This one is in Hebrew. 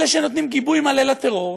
אלה שנותנים גיבוי מלא לטרור,